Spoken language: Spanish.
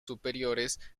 superiores